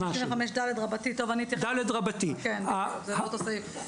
55ד' רבתי, טוב אני אתייחס, כן זה לא אותו סעיף.